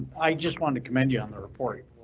i just wanted to commend you on the report.